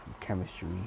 chemistry